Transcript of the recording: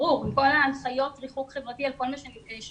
הם עמדו בכל ההנחיות על רחוק חברתי וכל מה שנדרש,